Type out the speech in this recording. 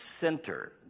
center